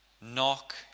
Knock